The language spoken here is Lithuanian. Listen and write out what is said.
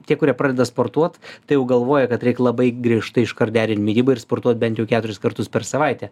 tie kurie pradeda sportuot tai jau galvoja kad reik labai griežtai iškart derint mitybą ir sportuot bent jau keturis kartus per savaitę